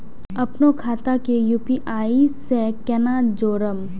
अपनो खाता के यू.पी.आई से केना जोरम?